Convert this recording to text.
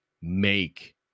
make